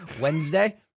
Wednesday